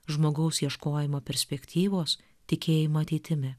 žmogaus ieškojimo perspektyvos tikėjimo ateitimi